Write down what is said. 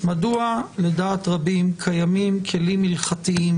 מדוע לדעת רבים קיימים כלים הלכתיים